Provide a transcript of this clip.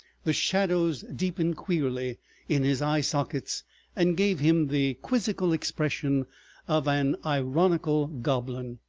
the shadows deepened queerly in his eye-sockets and gave him the quizzical expression of an ironical goblin.